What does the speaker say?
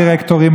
הדירקטורים,